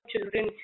children